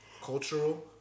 Cultural